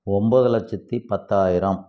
ஒம்பது லட்சத்து பத்தாயிரம்